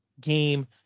game